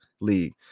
league